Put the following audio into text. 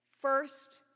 First